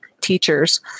teachers